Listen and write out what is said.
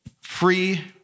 free